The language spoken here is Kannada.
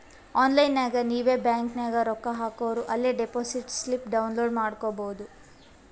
ಆನ್ಲೈನ್ ನಾಗ್ ನೀವ್ ಬ್ಯಾಂಕ್ ನಾಗ್ ರೊಕ್ಕಾ ಹಾಕೂರ ಅಲೇ ಡೆಪೋಸಿಟ್ ಸ್ಲಿಪ್ ಡೌನ್ಲೋಡ್ ಮಾಡ್ಕೊಬೋದು